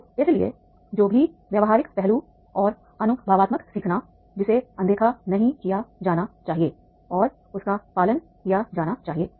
तो इसलिए जो भी व्यावहारिक पहलू और अनुभवात्मक सीखना जिसे अनदेखा नहीं किया जाना चाहिए और उसका पालन किया जाना चाहिए